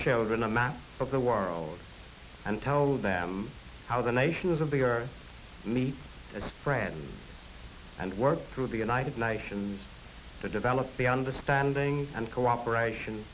children a map of the world and told them how the nation is a bigger me as a friend and work through the united nations to develop the understanding and cooperation